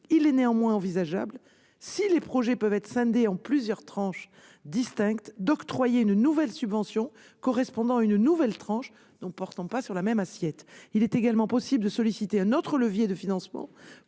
Il est néanmoins envisageable, si les projets peuvent être scindés en plusieurs tranches distinctes, d'octroyer une nouvelle subvention correspondant à une nouvelle tranche ne portant pas sur la même assiette. Il est également possible de solliciter un autre levier de financement